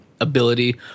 ability